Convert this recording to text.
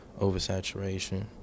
oversaturation